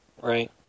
right